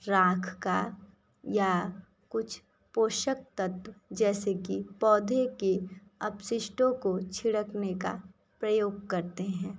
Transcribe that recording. राख का या कुछ पोषक तत्व जैसे कि पौधे के अपशिष्टों को छिड़कने का प्रयोग करते हैं